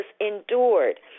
endured